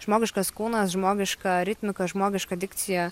žmogiškas kūnas žmogiška ritmika žmogiška dikcija